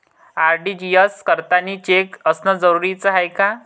RTGS करतांनी cheque असनं जरुरीच हाय का?